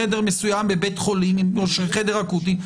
חדר מסוים בבית חולים או של חדר אקוטי,